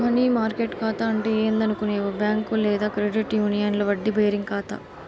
money market కాతా అంటే ఏందనుకునేవు బ్యాంక్ లేదా క్రెడిట్ యూనియన్ల వడ్డీ బేరింగ్ కాతా